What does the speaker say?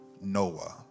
Noah